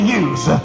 use